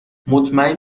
مطمئن